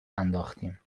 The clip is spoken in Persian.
انداختیم